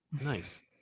nice